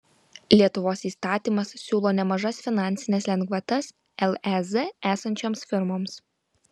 lietuvos įstatymas siūlo nemažas finansines lengvatas lez esančioms firmoms